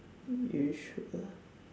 you sure